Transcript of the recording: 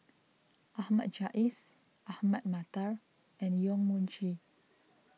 Ahmad Jais Ahmad Mattar and Yong Mun Chee